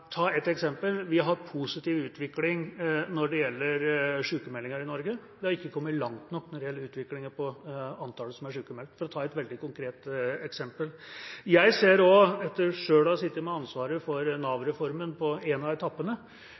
ta et eksempel: Vi har positiv utvikling når det gjelder sykmeldinger i Norge, men det har ikke kommet langt nok når det gjelder utviklingen på antallet som er sykmeldt, for å ta et veldig konkret eksempel. Jeg ser også, etter selv å ha sittet med ansvaret for Nav-reformen på en av etappene,